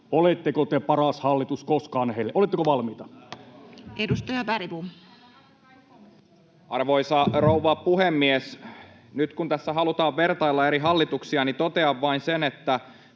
oletteko te paras hallitus koskaan heille. Oletteko valmiita? Edustaja Bergbom. Arvoisa rouva puhemies! Nyt kun tässä halutaan vertailla eri hallituksia, niin totean vain sen, että